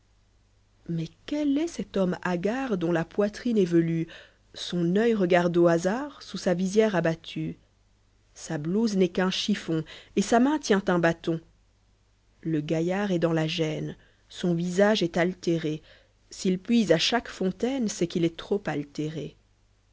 mais quel est cet homme hagard dont la poitrine est velue son oeil regarde au hasard sous sa visière abattu e sa blouse n'est qu'un chift'ou et sa main tient un bâton le gaillard est dans la gêne son visage est altéré s'il puise à chaque fontaine c'est qu'if est trop altéré